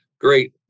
great